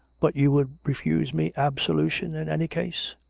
but you would refuse me absolution in any case?